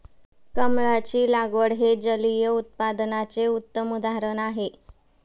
कमळाची लागवड हे जलिय उत्पादनाचे उत्तम उदाहरण आहे